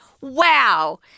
wow